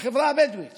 בחברה הבדואית